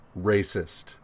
racist